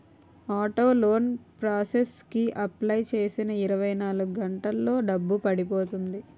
auto loan process కి apply చేసిన ఇరవై నాలుగు గంటల్లో డబ్బు పడిపోతుంది